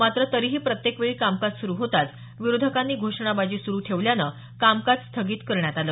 मात्र तरीही प्रत्येक वेळी कामकाज सुरू होताच विरोधकांनी घोषणाबाजी सुरू ठेवल्यानं कामकाज तहकूब करण्यात आल